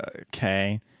Okay